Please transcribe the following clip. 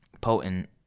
potent